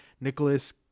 nicholas